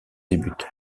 débute